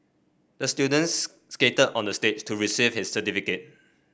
the student skated onto the stage to receive his certificate